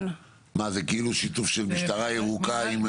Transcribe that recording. זה כאילו שיתוף של משטרה ירוקה?